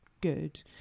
good